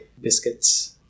biscuits